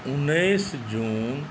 उन्नैस जून